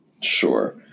Sure